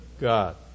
God